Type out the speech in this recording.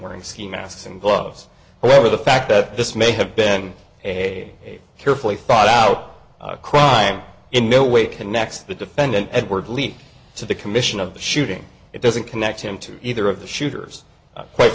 wearing ski masks and gloves however the fact that this may have been a carefully thought out crime in no way connects the defendant edward leak to the commission of the shooting it doesn't connect him to either of the shooters quite